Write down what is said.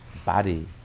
body